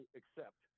accept